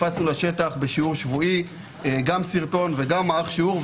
הפצנו לשטח בשיעור שבועי גם סרטון וגם מערך שיעור.